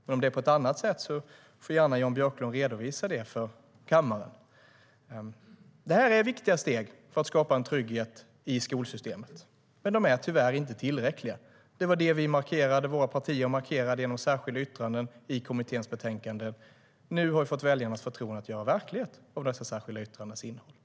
Men om det är på ett annat sätt får Jan Björklund gärna redovisa det för kammaren.